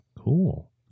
Cool